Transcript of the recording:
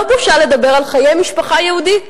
לא בושה לדבר על חיי משפחה יהודית,